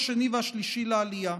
השני והשלישי לעלייה.